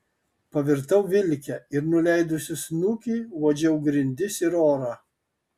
pavirtau vilke ir nuleidusi snukį uodžiau grindis ir orą